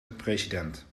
president